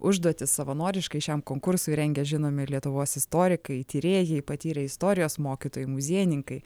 užduotis savanoriškai šiam konkursui rengia žinomi lietuvos istorikai tyrėjai patyrę istorijos mokytojai muziejininkai